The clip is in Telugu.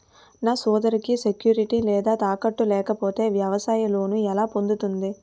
నా సోదరికి సెక్యూరిటీ లేదా తాకట్టు లేకపోతే వ్యవసాయ లోన్ ఎలా పొందుతుంది?